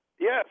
Yes